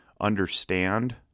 understand